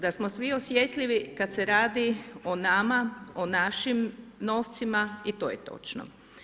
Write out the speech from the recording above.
Da smo svi osjetljivi kad se radi o nama, o našim novcima i to je točno.